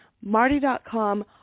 Marty.com